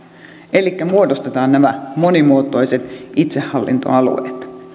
elikkä muodostetaan nämä monimuotoiset itsehallintoalueet